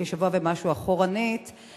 כשבוע ומשהו אחורנית.